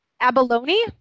Abalone